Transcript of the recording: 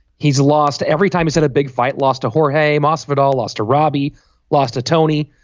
he's lost every time he's had a big fight lost a whore hey moss of it all lost a robby lost to tony.